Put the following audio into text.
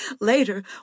Later